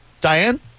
Diane